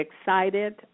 excited